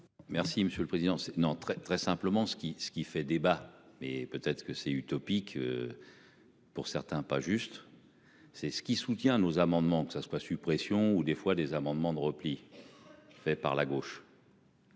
Merci monsieur le président, c'est non, très très simplement, ce qui, ce qui fait débat. Mais peut-être que c'est utopique. Pour certains, pas juste. C'est ce qui soutient nos amendements que ça soit suppression ou des fois des amendements de repli. Fait par la gauche.